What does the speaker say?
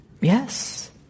Yes